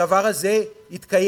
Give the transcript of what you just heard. הדבר הזה התקיים.